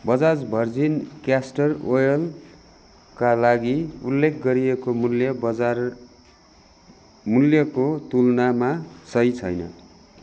Bajaj virgin castor ओइलका लागि उल्लेख गरिएको मूल्य बजार मूल्यको तुलनामा सही छैन